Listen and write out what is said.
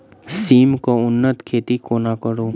सिम केँ उन्नत खेती कोना करू?